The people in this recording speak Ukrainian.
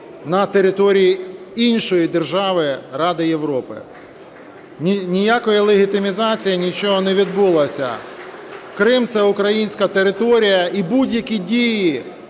на території іншої держави Ради Європи. Ніякої легітимізації, нічого не відбулося. Крим - це українська територія. І будь-які дії